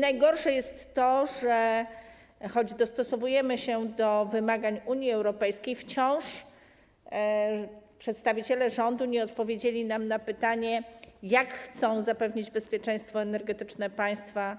Najgorsze jest to, że choć dostosowujemy się do wymagań Unii Europejskiej, przedstawiciele rządu wciąż nie odpowiedzieli nam na pytanie, jak chcą zapewnić bezpieczeństwo energetyczne państwa